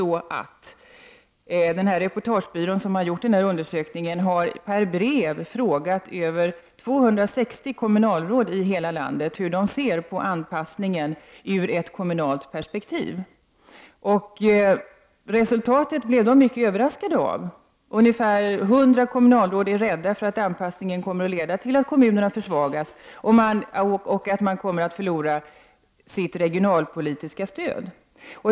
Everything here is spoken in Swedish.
Den reportagebyrå som har gjort denna undersökning har per brev frågat över 260 kommunalråd i hela landet hur de ser på anpassningen ur ett kommunalt perspektiv. Resultatet blev reportagebyrån mycket överraskad av. Ungefär 100 kommunalråd är rädda för att anpassningen kommer att leda till att kommunerna försvagas och att man kommer att förlora sitt regionalpolitiska stöd.